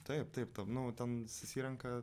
taip taip tam nu ten susirenka